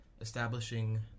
establishing